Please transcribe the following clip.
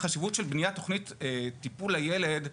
החשיבות של בניית תוכנית טיפול לילד,